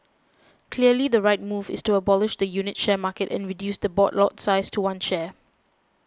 clearly the right move is to abolish the unit share market and reduce the board lot size to one share